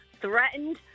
threatened